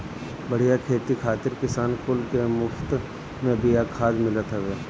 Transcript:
बढ़िया खेती खातिर किसान कुल के मुफत में बिया खाद मिलत हवे